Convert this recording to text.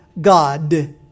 God